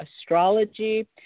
astrology